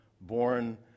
born